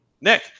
Nick